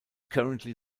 currently